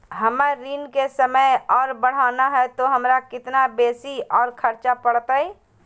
हमर ऋण के समय और बढ़ाना है तो हमरा कितना बेसी और खर्चा बड़तैय?